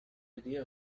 idea